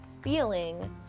feeling